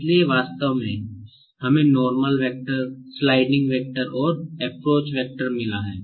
इसलिए हमें वास्तव में नार्मल वेक्टर का एक सेट है